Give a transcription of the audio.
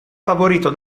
favorito